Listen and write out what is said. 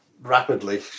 rapidly